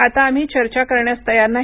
आता आम्ही चर्चा करण्यास तयार नाही